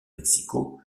mexico